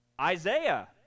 Isaiah